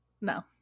No